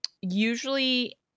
usually